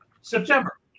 September